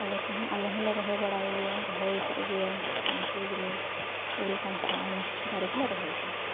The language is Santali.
ᱟᱞᱮᱠᱚᱦᱚᱸ ᱟᱞᱮᱦᱚᱸᱞᱮ ᱨᱚᱦᱚᱭᱵᱟᱲᱟᱭ ᱜᱮᱭᱟ ᱨᱚᱦᱚᱭ ᱟᱠᱟᱫ ᱜᱮᱭᱟ ᱚᱱᱟᱠᱚ ᱡᱤᱱᱤᱥ ᱩᱞ ᱠᱟᱱᱴᱷᱟᱲ ᱟᱭᱢᱟ ᱠᱤᱪᱷᱩ ᱫᱟᱨᱮᱜᱮᱞᱮ ᱨᱚᱦᱚᱭ ᱟᱠᱟᱫᱼᱟ